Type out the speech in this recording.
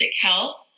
health